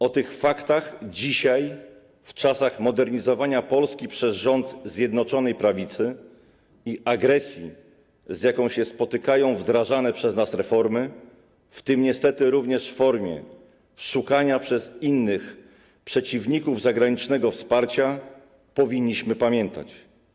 O tych faktach dzisiaj - w czasach modernizowania Polski przez rząd Zjednoczonej Prawicy i agresji, z jaką spotykają się wdrażane przez nas reformy, w tym niestety również w formie szukania przez ich przeciwników zagranicznego wsparcia - powinniśmy pamiętać.